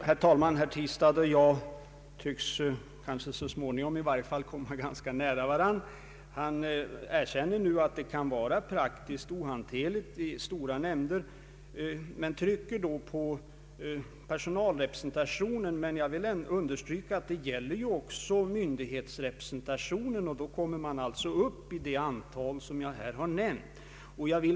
Herr talman! Herr Tistad och jag tycks i varje fall så småningom komma ganska nära varandra. Han erkände nu att det kan vara praktiskt ohanterligt om suppleanterna skall närvara i stora nämnder, men han tryckte då enbart på personalrepresentationen. Jag vill understryka att detta gäller också myndighetsrepresentationen, och då kommer man upp i det antal som jag har nämnt.